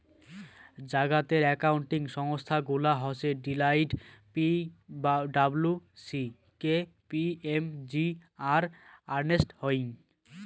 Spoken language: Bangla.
জাগাতের একাউন্টিং সংস্থা গুলা হসে Deloitte, P W C, K P M G, আর আর্নেস্ট ইয়ং